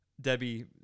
Debbie